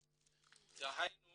דהיינו